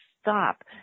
stop